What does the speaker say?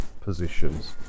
positions